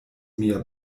mia